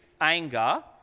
anger